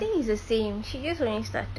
I think it's the same she's just only started